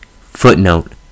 Footnote